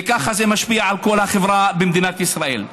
וככה זה משפיע על כל החברה במדינת ישראל.